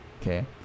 okay